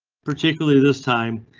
particularly this time,